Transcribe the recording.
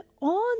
on